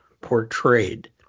portrayed